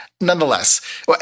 nonetheless